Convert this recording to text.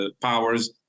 powers